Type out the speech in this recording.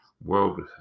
World